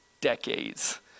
decades